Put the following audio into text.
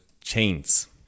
chains